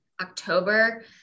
October